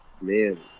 man